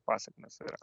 pasekmės yra